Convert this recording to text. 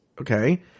okay